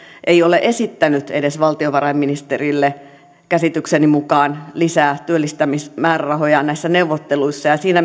ei ole edes esittänyt valtiovarainministerille käsitykseni mukaan lisää työllistämismäärärahoja näissä neuvotteluissa ja ja siinä